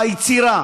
היצירה,